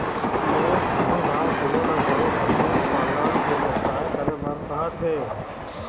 मोर साढ़ू ह कोनो न कोनो पशु पालन के बेवसाय करे बर कहत हे